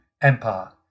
Empire